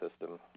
system